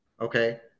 Okay